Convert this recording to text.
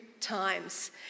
times